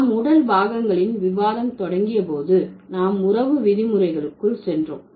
நாம் உடல் பாகங்களின் விவாதம் தொடங்கிய போது நாம் உறவு விதிகளுக்குள் சென்றோம்